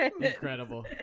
Incredible